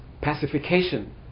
pacification